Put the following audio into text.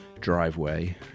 driveway